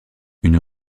une